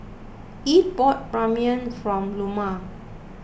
Eve bought Ramyeon from Loma